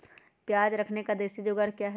प्याज रखने का देसी जुगाड़ क्या है?